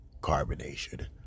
Carbonation